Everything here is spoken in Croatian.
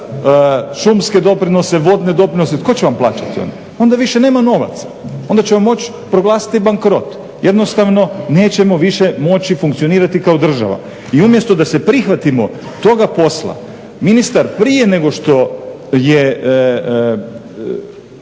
šumske doprinose, vodne doprinose, tko će vam plaćati? Onda više nema novaca. Onda ćemo moći proglasiti bankrot. Jednostavno nećemo više moći funkcionirati kao država. I umjesto da se prihvatimo toga posla ministar prije nego što je